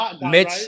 mitch